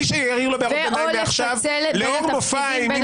מי שיעיר הערות ביניים מעכשיו --- ו/או לפצל את התפקידים בין